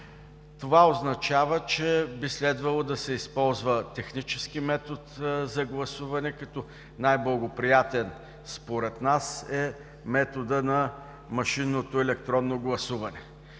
Това означава, че би следвало да се използва технически метод за гласуване. Като най-благоприятен според нас е методът на машинното електронно гласуване,